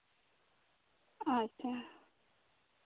ᱟᱪᱪᱷᱟ